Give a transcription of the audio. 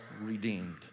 redeemed